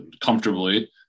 comfortably